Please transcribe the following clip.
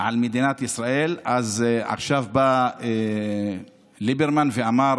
על מדינת ישראל, אז עכשיו בא ליברמן ואמר